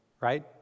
Right